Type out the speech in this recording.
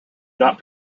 not